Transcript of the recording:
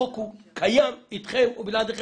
החוק קיים אתכם או בלעדיכם.